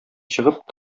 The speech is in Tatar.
чыгып